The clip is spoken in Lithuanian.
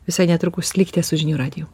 visai netrukus likite su žinių radiju